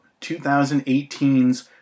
2018's